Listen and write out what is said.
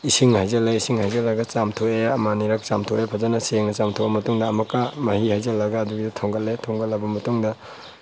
ꯏꯁꯤꯡ ꯍꯩꯖꯤꯜꯂꯦ ꯏꯁꯤꯡ ꯍꯩꯖꯤꯜꯂꯒ ꯆꯥꯝꯊꯣꯛꯑꯦ ꯑꯃꯨꯛ ꯑꯅꯤꯔꯛ ꯆꯥꯝꯊꯣꯛꯑꯦ ꯐꯥꯖꯅ ꯁꯦꯡꯅ ꯆꯥꯝꯊꯣꯛꯑꯕ ꯃꯇꯨꯡꯗ ꯑꯃꯨꯛꯀ ꯃꯍꯤ ꯍꯩꯖꯤꯜꯂꯒ ꯑꯗꯨꯒꯤꯗꯣ ꯊꯣꯡꯒꯠꯂꯦ ꯊꯣꯡꯒꯠꯂꯕ ꯃꯇꯨꯡꯗ